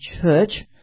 church